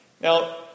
Now